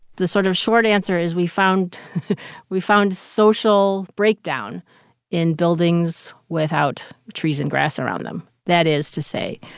the sort of short answer is we found we found social breakdown in buildings without trees and grass around them. that is to say,